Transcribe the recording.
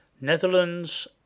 Netherlands